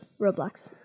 Roblox